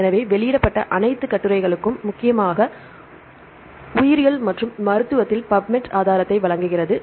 எனவே வெளியிடப்பட்ட அனைத்து கட்டுரைகளுக்கும் முக்கியமாக உயிரியல் மற்றும் மருத்துவத்தில் PUBMED ஆதாரத்தை வழங்குகிறது